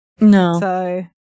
no